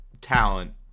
talent